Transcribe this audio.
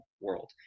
world